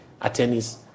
attorneys